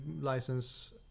license